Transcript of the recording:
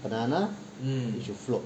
banana it should float